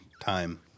time